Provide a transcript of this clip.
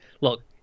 look